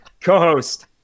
co-host